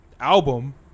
album